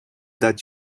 that